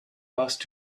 post